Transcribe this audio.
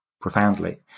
profoundly